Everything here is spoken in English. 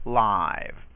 live